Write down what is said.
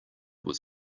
was